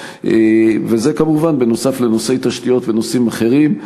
וזה כמובן נוסף על נושאי תשתיות ונושאים אחרים.